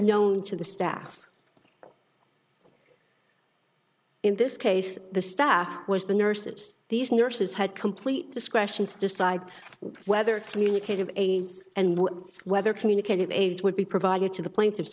known to the staff in this case the staff was the nurses these nurses had complete discretion to decide whether communicating aids and whether communicating aids would be provided to the plaintiffs